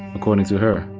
according to her,